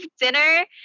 dinner